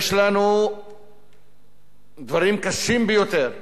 יש לנו דברים קשים ביותר לומר,